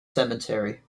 cemetery